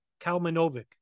Kalmanovic